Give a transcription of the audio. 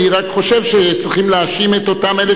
אני רק חושב שצריכים להאשים את אותם אלה